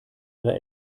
ihrer